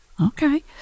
Okay